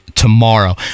Tomorrow